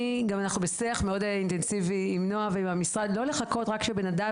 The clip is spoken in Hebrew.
אנחנו בשיח מאוד אינטנסיבי עם נועה ועם המשרד לא לחכות רק שבן אדם